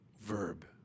verb